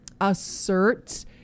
assert